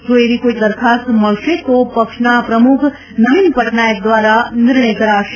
જો એવી કોઇ દરખાસ્ત મળશે તો પક્ષના પ્રમૂખ નવીન પટનાયક દ્વારા નિર્ણય કરાશે